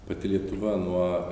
pati lietuva nuo